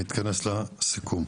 נתכנס לסיכום.